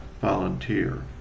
volunteer